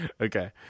Okay